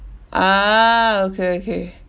ah okay okay